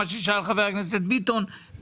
מה ששאל חבר הכנסת ביטון,